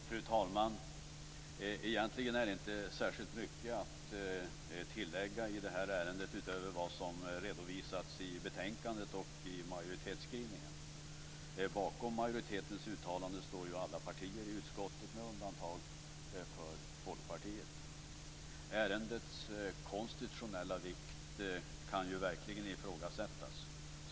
Fru talman! Egentligen är det inte särskilt mycket att tillägga i detta ärende utöver vad som redovisats i betänkandet och i majoritetsskrivningen. Bakom majoritetens uttalande står ju alla partier i utskottet med undantag för Folkpartiet. Ärendets konstitutionella vikt kan ju verkligen ifrågasättas.